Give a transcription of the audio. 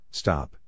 stop